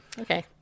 Okay